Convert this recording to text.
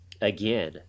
again